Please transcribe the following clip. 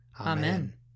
Amen